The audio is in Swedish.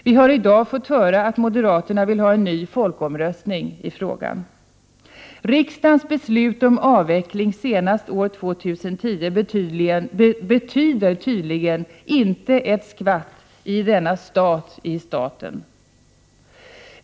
Vidare har vi i dag fått höra att moderaterna vill ha en ny folkomröstning i frågan. Riksdagens beslut om avveckling senast år 2010 betyder tydligen inte ett skvatt i denna stat i staten!